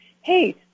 Hey